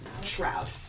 shroud